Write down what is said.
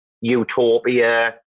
utopia